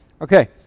Okay